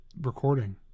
recording